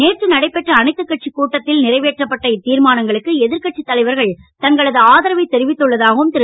நேற்று நடைபெற்ற அனைத்துக்கட்சி கூட்டத்தில் நிறைளவேற்றப்பட்ட இத்தீர்மானங்களுக்கு எதிர்கட்சித் தலைவர்கள் தங்களது ஆதரவைத் தெரிவித்துள்ளதாகவும் திரு